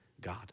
God